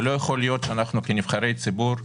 ולא ייתכן שאנו כנבחרי ציבור,